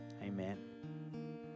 Amen